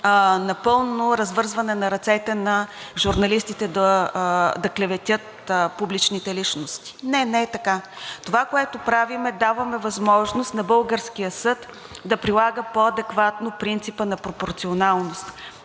напълно развързване ръцете на журналистите да клеветят публичните личности. Не, не е така. Това, което правим, е, даваме възможност на българския съд да прилага по-адекватно принципа на пропорционалност,